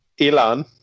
elon